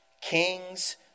kings